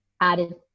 added